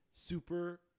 Super